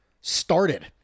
started